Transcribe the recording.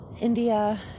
India